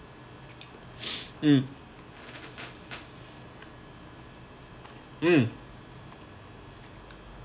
mm mm